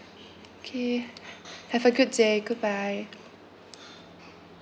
K have a good day goodbye